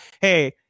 hey